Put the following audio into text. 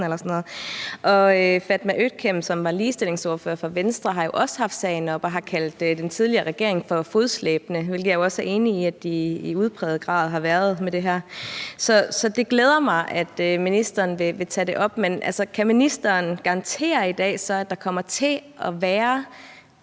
Fatma Øktem, som var ligestillingsordfører for Venstre, har jo også haft sagen oppe og har kaldt den tidligere regering for fodslæbende, hvilket jeg også er enig i de i udpræget grad har været med det her. Så det glæder mig, at ministeren vil tage det op, men kan ministeren så i dag garantere, at der